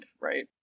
right